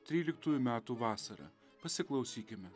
tryliktųjų metų vasarą pasiklausykime